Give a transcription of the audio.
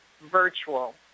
virtual